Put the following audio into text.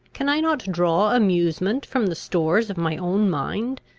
can i not draw amusement from the stores of my own mind?